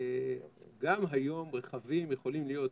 גם היום רכבים יכולים להיות,